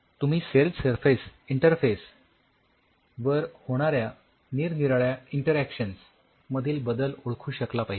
तुम्ही cell surface interface वर होणाऱ्या निरनिराळ्या इंटरॅक्शन्स मधील फरक ओळखू शकला पाहिजे